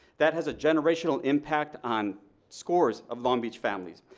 that has a generational impact on scores of long beach families,